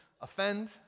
offend